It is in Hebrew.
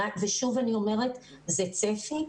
ושוב אני אומרת זה צפי.